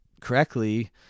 correctly